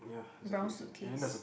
brown suitcase